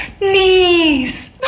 knees